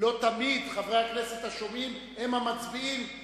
לא תמיד חברי הכנסת השומעים הם המצביעים,